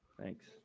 Thanks